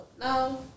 no